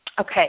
Okay